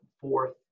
Fourth